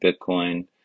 Bitcoin